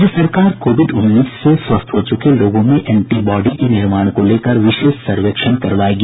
राज्य सरकार कोविड उन्नीस से स्वस्थ हो चुके लोगों में एंटी बॉडी के निर्माण को लेकर विशेष सर्वेक्षण करवायेगी